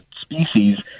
species